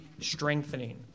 strengthening